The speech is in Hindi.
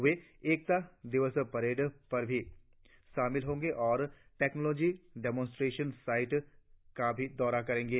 वे एकता दिवस परेड में भी शामिल होंगे और टेक्नोलॉजी डिमॉन्स्ट्रेशन साइट का दौरा भी करेंगे